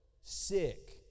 sick